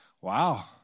Wow